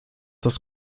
das